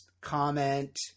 comment